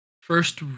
first